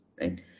right